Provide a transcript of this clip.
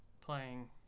playing